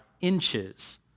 inches